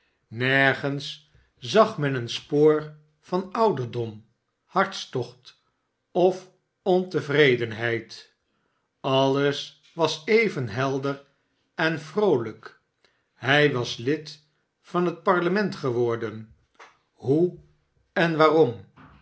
nergens zag men een spoor van ouderdom hartstocht of ontevredenheid alles was even helder en vroolijk hij was lid van het parlement geworden hoe en waarom